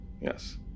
Yes